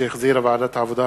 שהחזירה ועדת העבודה,